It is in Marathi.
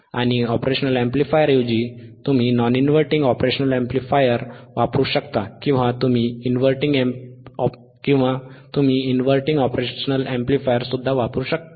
आणि op amp ऐवजी तुम्ही नॉन इनव्हर्टिंग ऑपरेशनल अॅम्प्लीफायर वापरू शकता किंवा तुम्ही इनव्हर्टिंग ऑपरेशनल अॅम्प्लिफायर सुद्धा वापरू शकता